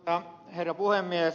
herra puhemies